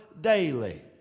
daily